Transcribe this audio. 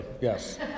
yes